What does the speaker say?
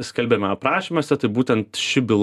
skelbiama aprašymuose tai būtent ši byla